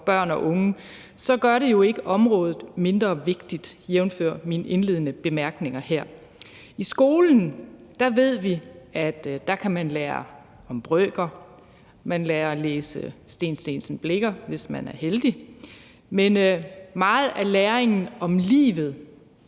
børne og unge, så gør det ikke området mindre vigtigt, jævnfør mine indledende bemærkninger her. I skolen ved vi, at man kan lære om brøker. Man lærer at læse Steen Steensen Blicher, hvis man er heldig. Men meget af læringen om livet,